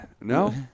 No